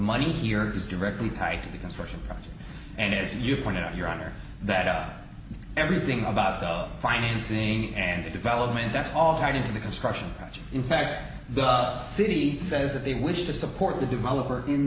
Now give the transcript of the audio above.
money here is directly tied to the construction project and as you pointed out your honor that everything about the financing and development that's all tied into the construction project in fact the city says that they wish to support the developer in